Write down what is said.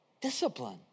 Discipline